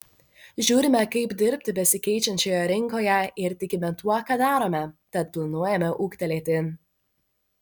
žiūrime kaip dirbti besikeičiančioje rinkoje ir tikime tuo ką darome tad planuojame ūgtelėti